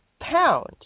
pound